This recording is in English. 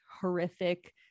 horrific